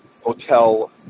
Hotel